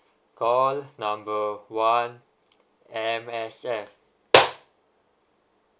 call number one M_S_F